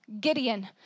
Gideon